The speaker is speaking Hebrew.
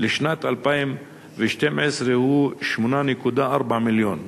לשנת 2012 הוא 8.4 מיליון,